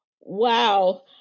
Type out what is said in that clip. Wow